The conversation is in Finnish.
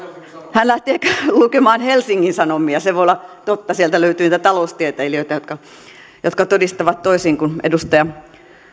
hän lähti ehkä lukemaan helsingin sanomia se voi olla totta sieltä löytyy niitä taloustieteilijöitä jotka jotka todistavat toisin kuin edustaja